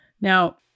Now